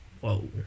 Whoa